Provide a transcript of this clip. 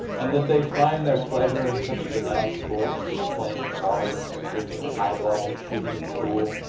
and that they find their pleasure in such banal sports as playing cards, drinking highballs, shooting pool,